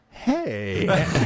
Hey